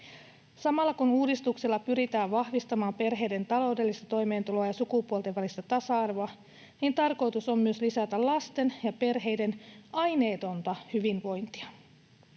Samalla, kun uudistuksella pyritään vahvistamaan perheiden taloudellista toimeentuloa ja sukupuolten välistä tasa arvoa, tarkoitus on myös lisätä lasten ja perheiden aineetonta hyvinvointia.